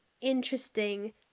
interesting